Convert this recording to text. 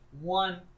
One